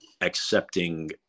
accepting